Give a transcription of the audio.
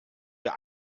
der